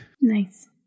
Nice